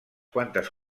quantes